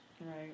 Right